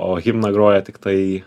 o himną groja tiktai